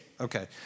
Okay